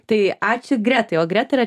tai ačiū gretai o greta yra